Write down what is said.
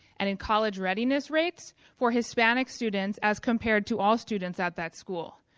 and in college readiness rates for hispanic students as compared to all students at that school.